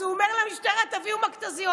אז הוא אומר למשטרה: תביאו מכת"זיות.